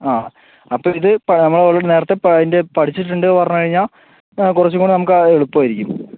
ആ അപ്പോൾ ഇത് നമ്മൾ ഓൾറെഡി നേരത്തെ അതിന്റെ പഠിച്ചിട്ടുണ്ട് പറഞ്ഞ് കഴിഞ്ഞാൽ ആ കുറച്ചും കൂടെ നമുക്ക് അത് എളുപ്പമായിരിക്കും